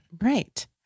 Right